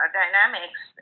dynamics